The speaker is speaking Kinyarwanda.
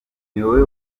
wowe